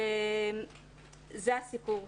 זה הסיפור.